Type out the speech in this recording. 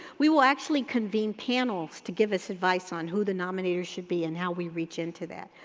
we will actually convene panels to give us advice on who the nominators should be and how we reach into that.